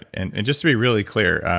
and and just to be really clear,